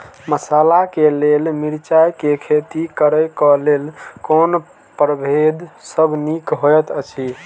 मसाला के लेल मिरचाई के खेती करे क लेल कोन परभेद सब निक होयत अछि?